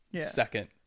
second